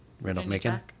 Randolph-Macon